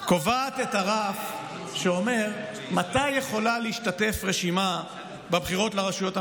קובעת את הרף שאומר מתי יכולה להשתתף רשימה בבחירות לרשויות המקומיות.